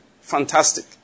Fantastic